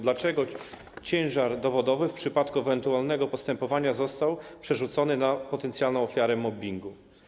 Dlaczego ciężar dowodowy w przypadku ewentualnego postępowania został przerzucony na potencjalną ofiarę mobbingu?